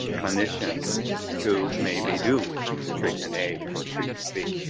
clinicians to maybe do treatment a or treatment b.